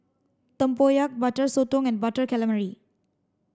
Tempoyak butter Sotong and butter calamari